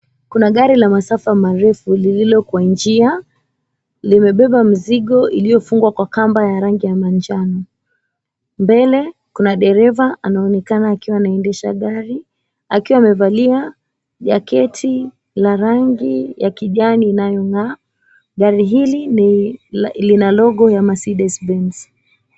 Kuna gari la masafa marefu lililo kwa njia limebeba mzigo iliofungwa kwa kamba ya rangi ya manjano. Mbele kuna dereva anaonekana akiwa anaendesha gari akaiwa amevalia Jacket la rangi ya kijani inayongaa, gari hili lina logo ya Mercedes Benz.